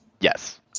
Yes